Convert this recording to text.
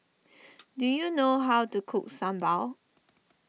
do you know how to cook Sambal